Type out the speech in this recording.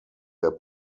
der